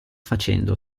facendo